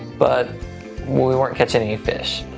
but we weren't catching any fish.